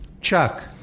Chuck